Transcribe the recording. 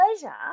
pleasure